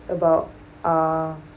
about uh